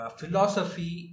philosophy